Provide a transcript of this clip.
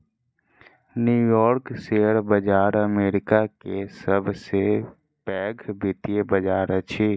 new York share बाजार America के सब से पैघ वित्तीय बाजार अछि